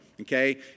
okay